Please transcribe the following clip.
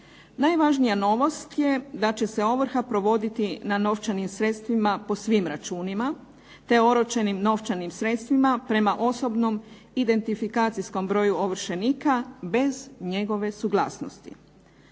Najvažnija novost je da će se ovrha provoditi na novčanim sredstvima po svim računima te oročenim novčanim sredstvima prema osobnom identifikacijskom broju ovršenika bez njegove suglasnosti.